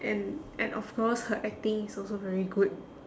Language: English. and and of course her acting is also very good